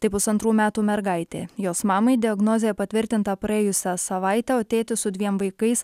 tai pusantrų metų mergaitė jos mamai diagnozė patvirtinta praėjusią savaitę o tėtis su dviem vaikais